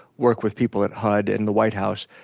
work with people at hud and the white house,